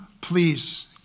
please